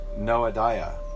Noadiah